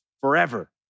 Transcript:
forever